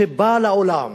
שבאה לעולם